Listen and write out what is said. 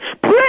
Pray